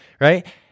right